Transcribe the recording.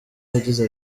yagize